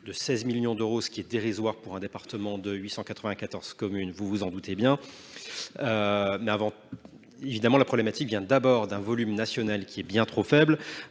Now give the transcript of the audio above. de 16 millions d’euros est dérisoire pour un département de 894 communes, vous vous en doutez bien ! La problématique vient d’abord d’un volume national qui est bien trop faible.